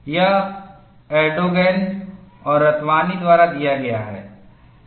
यह एर्दोगन और रतवानी द्वारा किया गया है